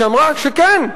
שאמרה שכן,